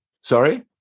Sorry